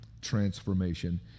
transformation